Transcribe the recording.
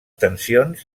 tensions